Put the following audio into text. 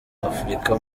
afurika